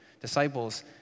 disciples